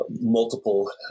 multiple